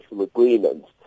agreements